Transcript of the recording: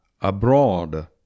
Abroad